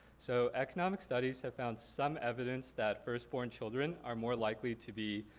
so economic studies have found some evidence that first born children are more likely to be